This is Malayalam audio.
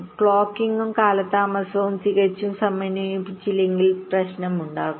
ക്ലോക്കിംഗും കാലതാമസവും തികച്ചും സമന്വയിപ്പിച്ചില്ലെങ്കിൽ പ്രശ്നമുണ്ടാകും